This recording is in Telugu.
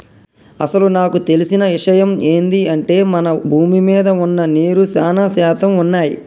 అసలు నాకు తెలిసిన ఇషయమ్ ఏంది అంటే మన భూమి మీద వున్న నీరు సానా శాతం వున్నయ్యి